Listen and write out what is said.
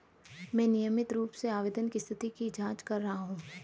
मैं नियमित रूप से आवेदन की स्थिति की जाँच कर रहा हूँ